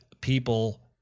people